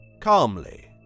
calmly